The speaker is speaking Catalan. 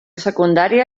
secundària